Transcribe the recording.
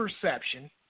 perception